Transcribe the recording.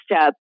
step